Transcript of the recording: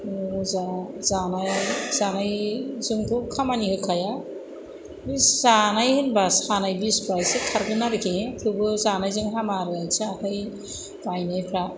जा जानाय जानायजोंथ' खामानि होखाया बे जानाय होनबा सानाय बिसफ्रा एसे खारगोन आरोखि थेवबो जानायजों हामा आथिं आखाइ बायनायफ्रा